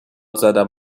زدم